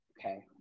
Okay